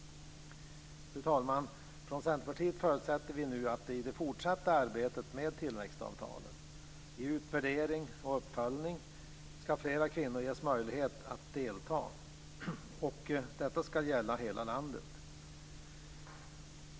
Fru talman! Från Centerpartiets sida förutsätter vi nu att fler kvinnor ska ges möjlighet att delta i det fortsatta arbetet med tillväxtavtalen, i utvärdering och uppföljning. Detta ska gälla hela landet.